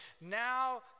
Now